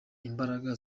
imbaraga